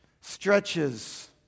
stretches